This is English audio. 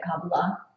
Kabbalah